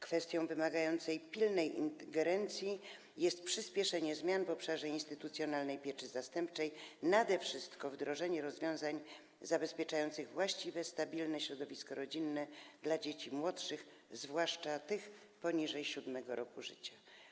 Kwestią wymagającą pilnej ingerencji jest przyspieszenie zmian w obszarze instytucjonalnej pieczy zastępczej, nade wszystko wdrożenie rozwiązań zabezpieczających właściwe, stabilne środowisko rodzinne dla dzieci młodszych, zwłaszcza tych poniżej 7. roku życia.